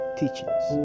teachings